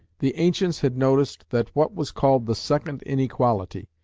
the ancients had noticed that what was called the second inequality,